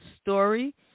story